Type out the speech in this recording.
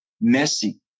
messy